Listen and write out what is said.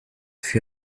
fut